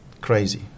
crazy